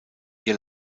ihr